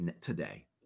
today